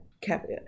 caviar